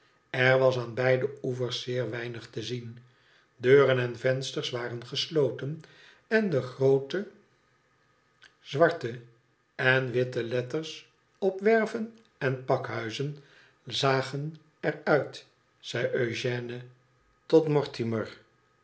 ér was aan beide oevers zeer weinig te zien deuren en vensters waren gesloten en de groote zwarte en witte letters op werven en pakhuizen izagen er uit zei eugène tot mortimer